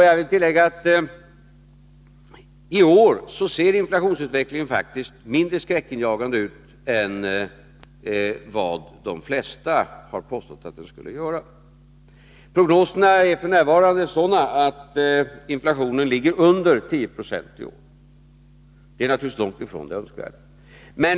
Jag vill tillägga att inflationsutvecklingen i år faktiskt ser mindre skräckinjagande ut än vad de flesta har påstått att den skulle göra. Prognoserna är f. n. sådana, att de visar på att inflationen ligger under 10 96 i år. Det är naturligtvis långt ifrån det önskvärda.